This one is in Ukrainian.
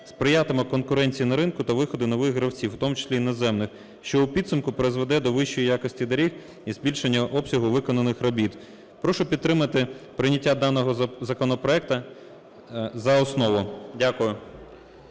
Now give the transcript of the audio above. сприятиме конкуренції на ринку та виходу нових "гравців", в тому числі і іноземних. Що у підсумку призведе до вищої якості доріг і збільшення обсягу виконаних робіт. Прошу підтримати прийняття даного законопроекту за основу. Дякую.